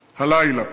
הלילה,